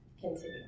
continue